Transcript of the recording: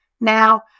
Now